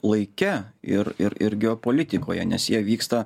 laike ir ir ir geopolitikoje nes jie vyksta